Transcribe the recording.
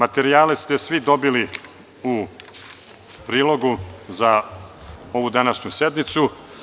Materijale ste svi dobili u prilogu za ovu današnju sednicu.